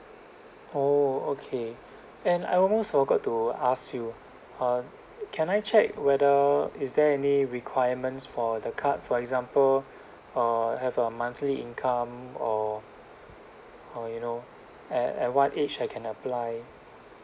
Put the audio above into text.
oh okay and I almost forgot to ask you uh can I check whether is there any requirements for the card for example uh have a monthly income or or you know at at what age I can apply